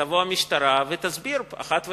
שתבוא המשטרה ותסביר אחת ולתמיד,